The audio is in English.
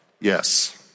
yes